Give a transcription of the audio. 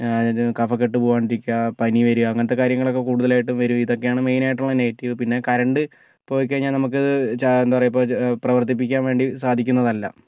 അതായത് കഫക്കെട്ട് പോകാണ്ടിരിക്കുക പനി വരിക അങ്ങനത്തെ കാര്യങ്ങളൊക്കെ കൂടുതലായിട്ടും വരും ഇതൊക്കെയാണ് മെയിനായിട്ടുള്ള നെഗറ്റീവ് പിന്നെ കറൻ്റ് പോയി കഴിഞ്ഞാൽ നമുക്കത് ഇപ്പോൾ എന്താ പറയുക പ്രവർത്തിപ്പിക്കാൻ വേണ്ടി സാധിക്കുന്നതല്ല